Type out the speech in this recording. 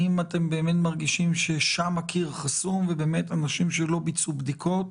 האם אתם באמת מרגישים ששם הקיר חסום ובאמת אנשים שלא ביצעו בדיקות,